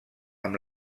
amb